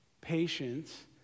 Patience